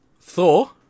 Thor